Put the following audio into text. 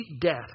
death